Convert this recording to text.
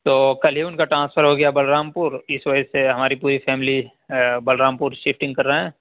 تو کل ہی اُن کا ٹرانسفر ہو گیا بلرام پور اِس وجہ سے ہماری پوری فیملی بلرام پور شفٹنگ کر رہے ہیں